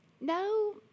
no